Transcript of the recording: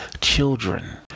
children